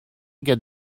get